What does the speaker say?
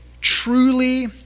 truly